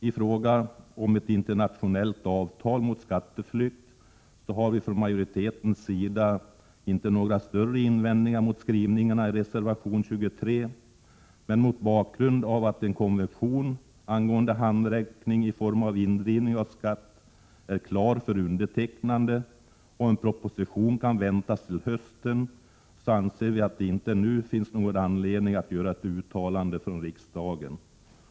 I fråga om ett internationellt avtal mot skatteflykt har vi från majoritetens sida inte några större invändningar mot skrivningarna i reservation 23. Men mot bakgrund av att en konvention angående handräckning i form av indrivning av skatt är klar för undertecknande och en proposition kan väntas till hösten, anser vi att det inte nu finns någon anledning att göra ett uttalande från riksdagen.